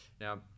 Now